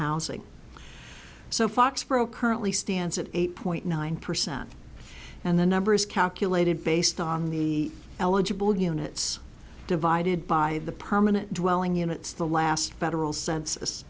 housing so foxborough currently stands at eight point nine percent and the number is calculated based on the eligible units divided by the permanent dwelling units the last federal census